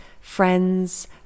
friends